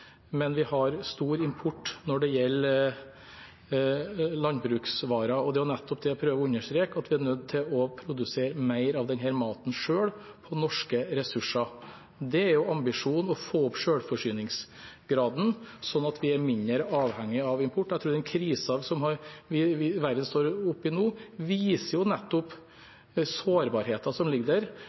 men vi har stor import når det gjelder landbruksvarer. Det er nettopp det jeg prøver å understreke: Vi er nødt til å produsere mer av denne maten selv, på norske ressurser. Det er ambisjonen – å få opp selvforsyningsgraden, slik at vi er mindre avhengig av import. Den krisen som verden står i nå, viser nettopp sårbarhetene som